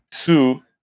two